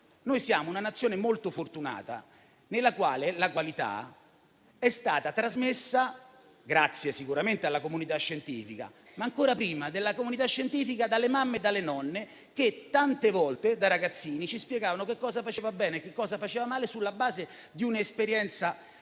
Siamo una Nazione molto fortunata, dove la qualità è stata trasmessa grazie sicuramente alla comunità scientifica, ma, ancora prima, dalle mamme e dalle nonne, che tante volte, da ragazzini, ci spiegavano cosa faceva bene e cosa faceva male, sulla base di un'esperienza